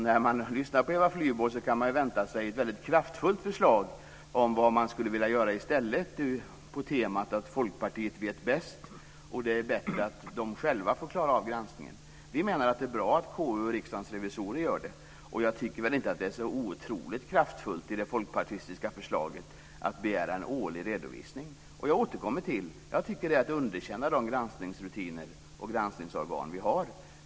När man lyssnar på Eva Flyborg förväntar man sig ett väldigt kraftfullt förslag om vad som borde göras i stället på temat att Folkpartiet vet bäst. Vi tycker att det är bra att konstitutionsutskottet och Riksdagens revisorer sköter granskningen. Det folkpartistiska förslaget om att begära en årlig redovisning är inte så otroligt kraftfullt. Jag tycker att det är att underkänna de granskningsrutiner och granskningsorgan som vi har.